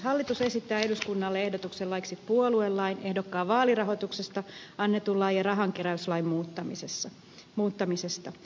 hallitus esittää eduskunnalle ehdotuksen laiksi puoluelain ehdokkaan vaalirahoituksesta annetun lain ja rahankeräyslain muuttamisesta